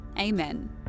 Amen